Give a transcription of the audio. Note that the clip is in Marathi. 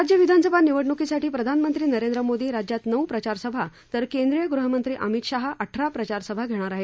राज्यविधानसभा निवडणुकीसाठी प्रधानमंत्री नरेंद्र मोदी राज्यात नऊ प्रचारसभा तर केंद्रीय गृहमंत्री अमित शहा अठरा प्रचारसभा घेणार आहेत